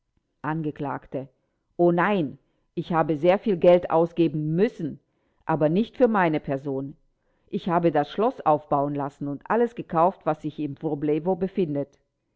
angekl o nein ich habe sehr viel geld ausgeben müssen aber nicht für meine person ich habe das schloß aufbauen lassen und alles gekauft was sich in wroblewo befindet